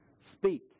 speak